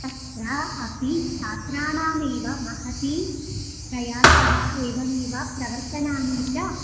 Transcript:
तत्र अपि छात्राणामेव महती प्रयासः एवमेव प्रवर्तनानि च